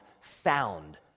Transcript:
found